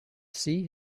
sea